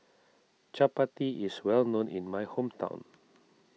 Chappati is well known in my hometown